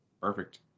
Perfect